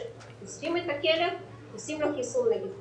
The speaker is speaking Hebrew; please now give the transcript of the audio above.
אוספים את הכלב, עושים לו חיסון נגד כלבת,